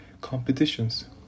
competitions